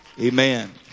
Amen